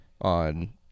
on